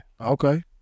Okay